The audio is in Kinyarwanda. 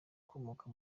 ukomoka